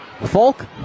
Folk